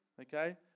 okay